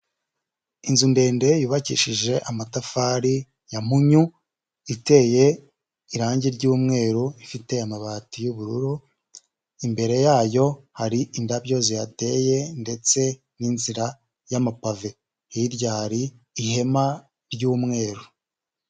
Inzu ndende yubakishije amatafari ya munyu iteye irangi ry'umweru ifite amabati y'ubururu, imbere yayo hari indabyo zihateye ndetse n'inzira y'amapave, hirya hari ihema ry'umweru.